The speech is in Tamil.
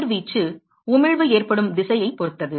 கதிர்வீச்சு உமிழ்வு ஏற்படும் திசையைப் பொறுத்தது